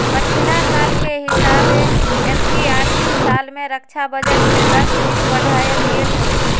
पछिला साल के हिसाबे एमकि आर्थिक साल में रक्षा बजट में दस हिस बढ़ायल गेल हइ